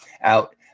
out